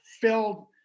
filled